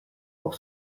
pour